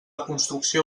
construcció